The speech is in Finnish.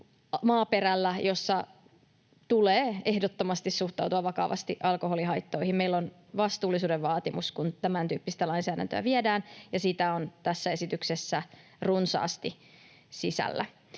maaperällä, jossa tulee ehdottomasti suhtautua vakavasti alkoholihaittoihin. Meillä on vastuullisuuden vaatimus, kun tämäntyyppistä lainsäädäntöä viedään, ja sitä on tässä esityksessä runsaasti sisällä.